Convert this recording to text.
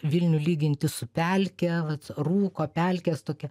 vilnių lyginti su pelke vat rūko pelkės tokia